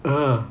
uh